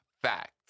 facts